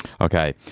Okay